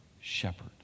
shepherd